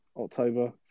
October